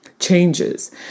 changes